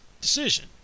decision